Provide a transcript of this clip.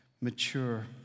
mature